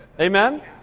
Amen